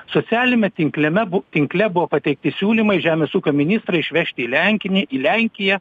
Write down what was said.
socialiniame tinkleme bu tinkle buvo pateikti siūlymai žemės ūkio ministrą išvežti į lenkinį į lenkiją